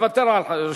מוותר על רשות,